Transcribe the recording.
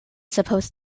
supposed